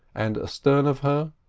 and astern of her,